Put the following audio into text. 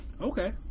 Okay